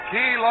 Key